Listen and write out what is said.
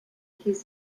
his